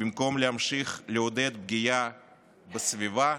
במקום להמשיך לעודד פגיעה בסביבה,